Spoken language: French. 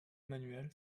emmanuel